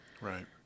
Right